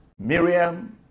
Miriam